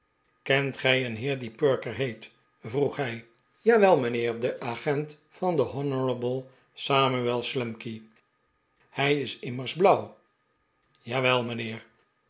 kent gij een heer die perker heet vroeg hij jawel mijnheer de agent van den honourable samuel slumkey hij is immers blauw jawel mijnheer